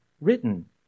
written